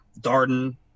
Darden